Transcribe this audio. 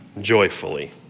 joyfully